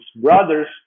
Brothers